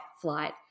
flight